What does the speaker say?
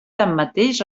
tanmateix